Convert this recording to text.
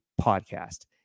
podcast